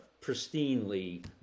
pristinely